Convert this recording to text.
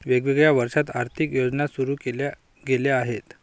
वेगवेगळ्या वर्षांत आर्थिक योजना सुरू केल्या गेल्या आहेत